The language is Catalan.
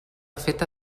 feta